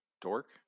dork